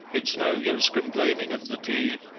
it's no use complaining of the tea,